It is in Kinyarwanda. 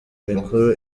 mikuru